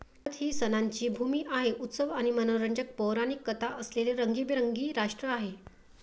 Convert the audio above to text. भारत ही सणांची भूमी आहे, उत्सव आणि मनोरंजक पौराणिक कथा असलेले रंगीबेरंगी राष्ट्र आहे